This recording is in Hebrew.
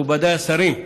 מכובדיי השרים,